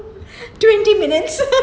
twenty minutes